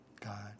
God